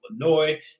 Illinois